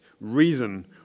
reason